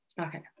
Okay